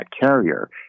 carrier